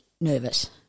Nervous